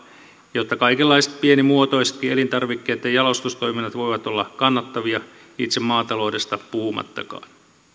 jotta kaikenlaiset pienimuotoisetkin elintarvikkeitten jalostustoiminnat voivat olla kannattavia itse maataloudesta puhumattakaan